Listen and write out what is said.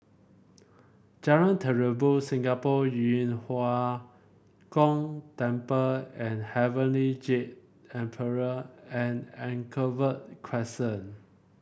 Jalan Terubok Singapore Yu Huang Gong Temple and Heavenly Jade Emperor and Anchorvale Crescent